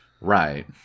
Right